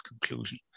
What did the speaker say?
conclusion